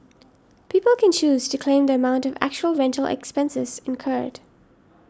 people can choose to claim the amount of actual rental expenses incurred